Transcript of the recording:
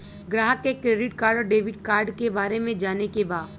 ग्राहक के credit card और डेविड कार्ड के बारे में जाने के बा?